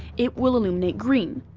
it will illuminate green.